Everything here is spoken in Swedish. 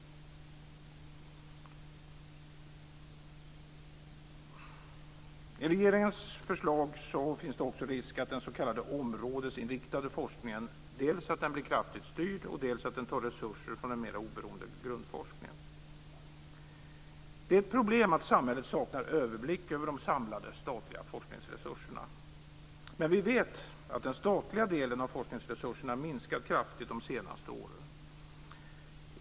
Med regeringens förslag finns det också risk för att den s.k. områdesinriktade forskningen dels blir kraftigt styrd, dels tar resurser från den mera oberoende grundforskningen. Det är ett problem att samhället saknar överblick över de samlade statliga forskningsresurserna. Men vi vet att den statliga delen av forskningsresurserna minskat kraftigt de senaste åren.